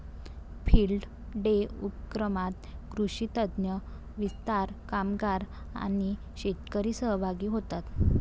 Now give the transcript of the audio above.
field day उपक्रमात कृषी तज्ञ, विस्तार कामगार आणि शेतकरी सहभागी होतात